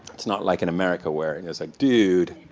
it's not like in america where and it's like, dude?